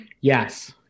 Yes